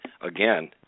again